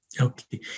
Okay